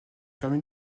permis